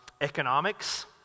Economics